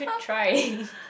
try